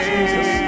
Jesus